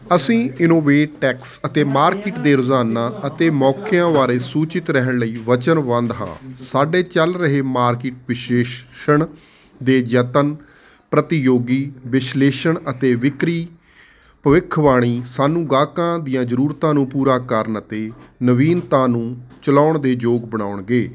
ਅਸੀਂ ਇਨੋਵੇਟੈਕਸ ਅਤੇ ਮਾਰਕੀਟ ਦੇ ਰੁਝਾਨਾਂ ਅਤੇ ਮੌਕਿਆਂ ਬਾਰੇ ਸੂਚਿਤ ਰਹਿਣ ਲਈ ਵਚਨਬੱਧ ਹਾਂ ਸਾਡੇ ਚੱਲ ਰਹੇ ਮਾਰਕੀਟ ਵਿਸ਼ਲੇਸ਼ਣ ਦੇ ਯਤਨ ਪ੍ਰਤੀਯੋਗੀ ਵਿਸ਼ਲੇਸ਼ਣ ਅਤੇ ਵਿਕਰੀ ਭਵਿੱਖਬਾਣੀ ਸਾਨੂੰ ਗਾਹਕਾਂ ਦੀਆਂ ਜ਼ਰੂਰਤਾਂ ਨੂੰ ਪੂਰਾ ਕਰਨ ਅਤੇ ਨਵੀਨਤਾ ਨੂੰ ਚਲਾਉਣ ਦੇ ਯੋਗ ਬਣਾਉਣਗੇ